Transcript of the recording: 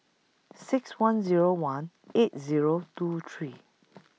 six one Zero one eight Zero two three